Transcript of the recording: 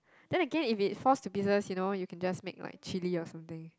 then again if it falls to pieces you know you can just make like chilli or something